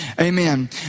Amen